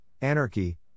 anarchy